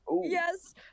Yes